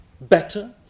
better